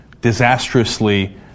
disastrously